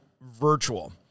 virtual